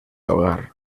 hogar